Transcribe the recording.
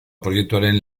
proiektuaren